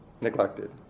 neglected